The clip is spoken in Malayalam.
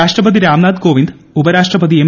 രാഷ്ട്രപതി രാംനാഥ് കോവിന്ദ് ഉപരാഷ്ട്രപതി എം